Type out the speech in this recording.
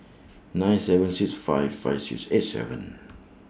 nine seven six five five six eight seven